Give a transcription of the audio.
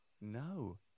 No